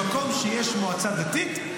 במקום שיש בו מועצה דתית,